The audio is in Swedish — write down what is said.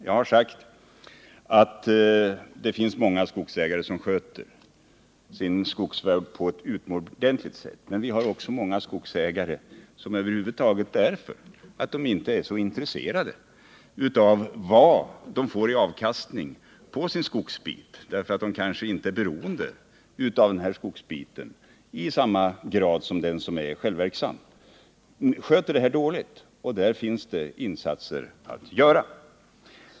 Jag har sagt att det finns många skogsägare som sköter skogsvården på ett utomordentligt sätt. Men vi har också många skogsägare som, eftersom de kanske inte är beroende av den här skogsbiten i samma grad som den som är självverksam, sköter skogsvården dåligt. Där finns insatser att göra.